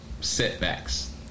setbacks